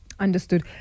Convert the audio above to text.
Understood